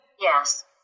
yes